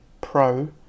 Pro